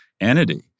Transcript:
entity